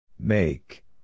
Make